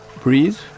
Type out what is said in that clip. breathe